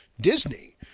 Disney